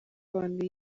abantu